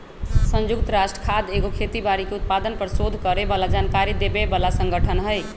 संयुक्त राष्ट्र खाद्य एगो खेती बाड़ी के उत्पादन पर सोध करे बला जानकारी देबय बला सँगठन हइ